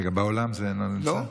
בעולם זה לא נמצא?